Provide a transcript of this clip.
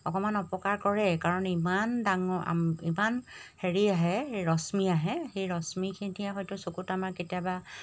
অকণমান অপকাৰ কৰে কাৰণ ইমান ডাঙৰ ইমান হেৰি আহে ৰশ্মি আহে সেই ৰশ্মিখিনিয়ে হয়তো চকুত আমাৰ কেতিয়াবা